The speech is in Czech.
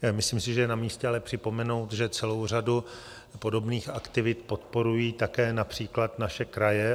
Myslím si, že je namístě ale připomenout, že celou řadu podobných aktivit podporují také například naše kraje.